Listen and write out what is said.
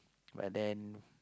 but then